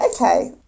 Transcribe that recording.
Okay